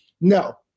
No